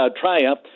Triumph